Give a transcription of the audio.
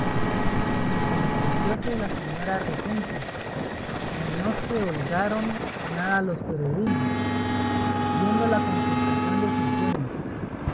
capitanes entristecióse la señora regenta y no se holgaron nada los peregrinos viendo la confiscación de sus bienes